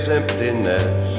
emptiness